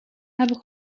hebben